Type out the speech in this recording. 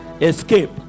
escape